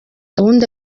gahunda